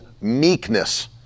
meekness